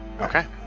Okay